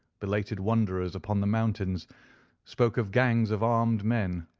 belated wanderers upon the mountains spoke of gangs of armed men,